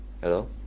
Hello